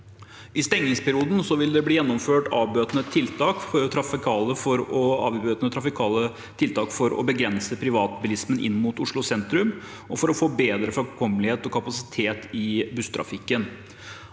I stengningsperioden vil det bli gjennomført avbøtende trafikale tiltak for å begrense privatbilismen inn mot Oslo sentrum og for å få bedre framkommelighet og kapasitet i busstrafikken.